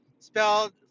Spelled